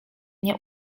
nie